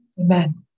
Amen